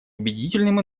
убедительным